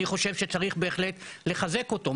אני חושב שצריך בהחלט לחזק אותו,